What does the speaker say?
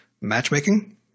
matchmaking